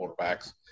quarterbacks